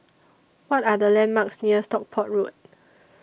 What Are The landmarks near Stockport Road